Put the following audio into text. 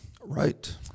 Right